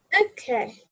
Okay